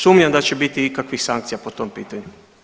Sumnjam da će biti ikakvih sankcija po tom pitanju.